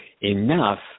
enough